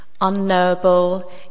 unknowable